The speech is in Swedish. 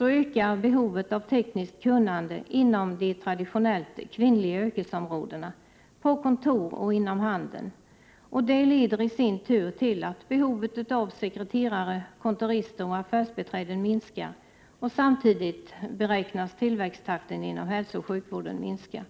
ökar behovet av tekniskt kunnande inom de traditionellt kvinnliga yrkesområdena, på kontor och inom handeln. Det leder i sin tur till att behovet av sekreterare, kontorister och affärsbiträden minskar. Samtidigt beräknas tillväxttakten inom hälsooch sjukvården minska.